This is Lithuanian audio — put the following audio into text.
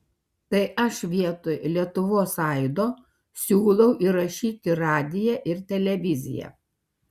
tai aš vietoj lietuvos aido siūlau įrašyti radiją ir televiziją